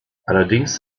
allerdings